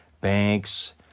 banks